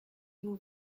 vous